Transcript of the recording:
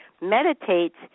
meditates